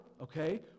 okay